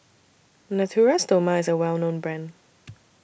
Natura Stoma IS A Well known Brand